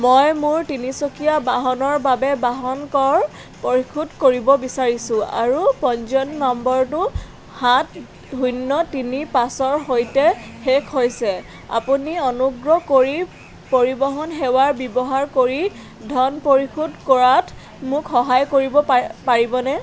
মই মোৰ তিনিচকীয়া বাহনৰ বাবে বাহন কৰ পৰিশোধ কৰিব বিচাৰিছোঁ আৰু পঞ্জীয়ন নম্বৰটো সাত শূন্য তিনি পাঁচৰ সৈতে শেষ হৈছে আপুনি অনুগ্ৰহ কৰি পৰিৱহণ সেৱা ব্যৱহাৰ কৰি ধন পৰিশোধ কৰাত মোক সহায় কৰিব পা পাৰিবনে